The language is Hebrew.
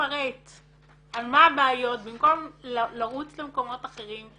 מפרט על מה הבעיות במקום לרוץ למקומות אחרים,